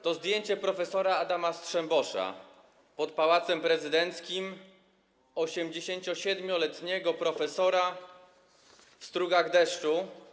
To zdjęcie prof. Adama Strzembosza pod Pałacem Prezydenckim, 87-letniego profesora, w strugach deszczu.